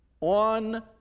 on